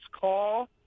call